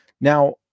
Now